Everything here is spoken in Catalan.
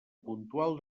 puntual